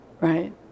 right